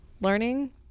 learning